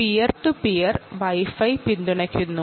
അത് peer to peer വൈ ഫൈയെ പിന്തുണക്കുന്നു